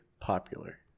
popular